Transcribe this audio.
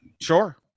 Sure